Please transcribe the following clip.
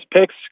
picks